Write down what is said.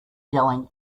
yelling